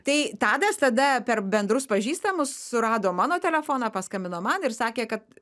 tai tadas tada per bendrus pažįstamus surado mano telefoną paskambino man ir sakė kad